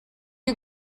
you